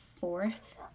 fourth